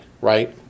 right